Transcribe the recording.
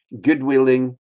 good-willing